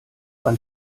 wann